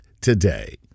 today